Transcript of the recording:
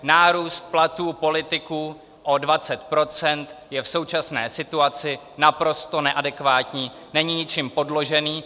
Nárůst platů politiků o 20 % je v současné situaci naprosto neadekvátní, není ničím podložený.